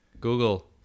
Google